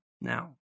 now